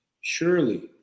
Surely